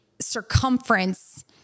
circumference